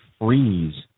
freeze